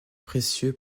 précieux